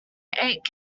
eight